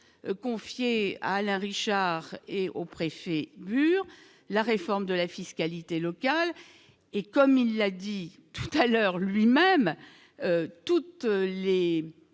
confiées à Alain Richard et au préfet sur la réforme de la fiscalité locale et comme il y a dit tout à l'heure, lui-même toute l'et